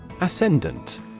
Ascendant